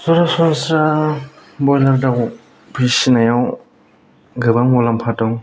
सरासनस्रा ब्रयलार दाउ फिसिनायाव गोबां मुलामफा दं